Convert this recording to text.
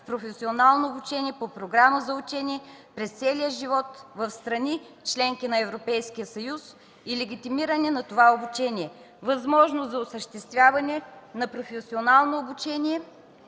професионално обучение по Програмата за учене през целия живот в страни – членки на Европейския съюз, и легитимиране на това обучение; възможност за осъществяване на професионално обучение